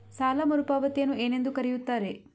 ಸಾಲ ಮರುಪಾವತಿಯನ್ನು ಏನೆಂದು ಕರೆಯುತ್ತಾರೆ?